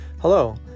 Hello